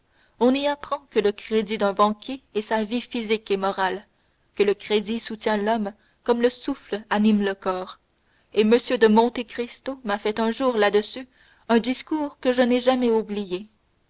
on y apprend que le crédit d'un banquier est sa vie physique et morale que le crédit soutient l'homme comme le souffle anime le corps et m de monte cristo m'a fait un jour là-dessus un discours que je n'ai jamais oublié